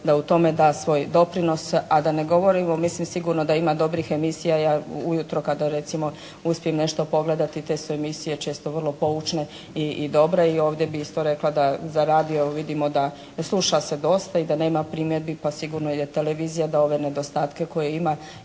da u tome da svoj doprinos. A da ne govorimo mislim sigurno da ima dobrih emisija. Ja u jutro kada recimo uspijem nešto pogledati te su emisije često vrlo poučne i dobre i ovdje bih isto rekla da za radio vidimo da sluša se dosta i da nema primjedbi. Pa sigurno jer televizija da ove nedostatke koje ima